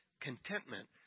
contentment